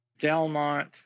Delmont